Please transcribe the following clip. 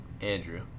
Andrew